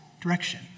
direction